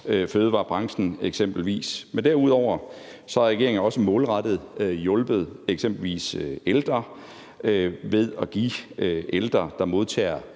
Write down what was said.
fødevarebranchen, eksempelvis. Men derudover har regeringen også målrettet hjulpet eksempelvis ældre ved at give ældre, der modtager